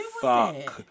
fuck